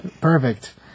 Perfect